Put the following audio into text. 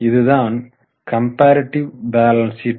இதுதான் comparative balance sheet